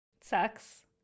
sucks